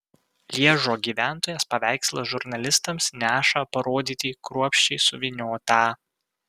lježo gyventojas paveikslą žurnalistams neša parodyti kruopščiai suvyniotą